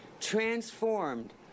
transformed